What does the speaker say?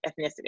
ethnicity